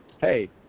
hey